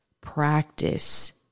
practice